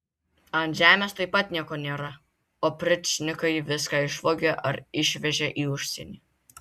ant žemės taip pat nieko nėra opričnikai viską išvogė ar išvežė į užsienį